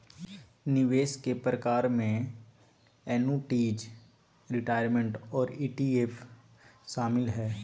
निवेश के प्रकार में एन्नुटीज, रिटायरमेंट और ई.टी.एफ शामिल हय